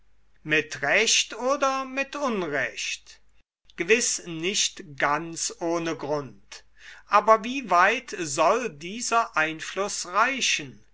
mit recht oder mit unrecht gewiß nicht ganz ohne grund aber wie weit soll dieser einfluß reichen